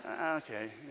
Okay